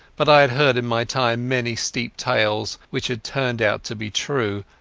but i had heard in my time many steep tales which had turned out to be true,